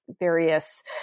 various